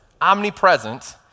omnipresent